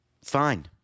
fine